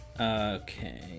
okay